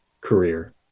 career